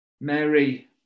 Mary